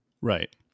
right